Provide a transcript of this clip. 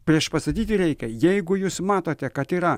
priešpastatyti reikia jeigu jūs matote kad yra